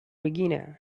regina